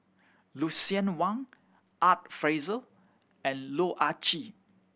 Lucien Wang Art Fazil and Loh Ah Chee